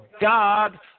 God